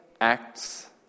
acts